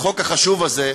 של החוק החשוב הזה,